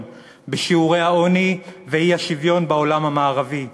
בשיעורי העוני והאי-שוויון בעולם המערבי.